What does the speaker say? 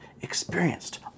experienced